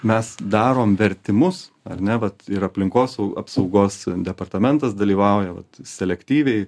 mes darom vertimus ar ne vat ir aplinkos apsaugos departamentas dalyvauja vat selektyviai